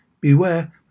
Beware